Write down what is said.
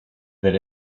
that